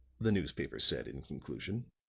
the newspaper said in conclusion.